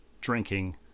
drinking